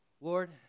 Lord